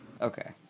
Okay